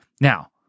Now